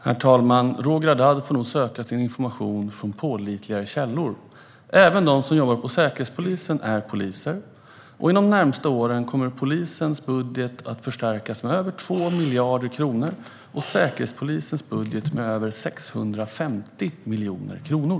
Herr talman! Roger Haddad får nog söka sin information från pålitligare källor. Även de som jobbar på Säkerhetspolisen är poliser. Inom de närmaste åren kommer polisens budget att förstärkas med över 2 miljarder kronor och Säkerhetspolisens budget med över 650 miljoner kronor.